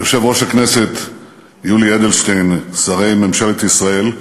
יושב-ראש הכנסת יולי אדלשטיין, שרי ממשלת ישראל,